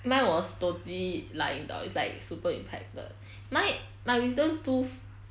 mine was totally lying down it's like super impacted mi~ my wisdom tooth